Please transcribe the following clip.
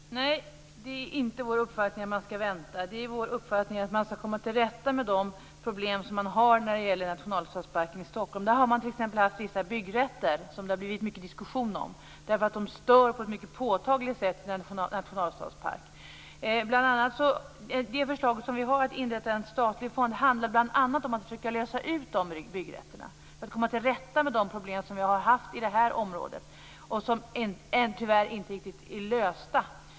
Fru talman! Nej, det är inte vår uppfattning att man ska vänta. Det är vår uppfattning att man ska komma till rätta med de problem som man har när det gäller nationalstadsparken i Stockholm. Där har det t.ex. funnits vissa byggrätter som det har blivit mycket diskussion om därför att byggen på ett mycket påtagligt sätt stör nationalstadsparken. Det förslag som vi har om att inrätta en statlig fond handlar bl.a. om att försöka lösa ut de byggrätterna för att komma till rätta med de problem som vi har haft i detta område och som tyvärr inte riktigt är lösta.